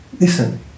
Listen